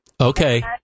Okay